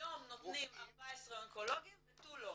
היום נותנים 14 אונקולוגים ותו לא.